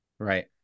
Right